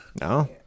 No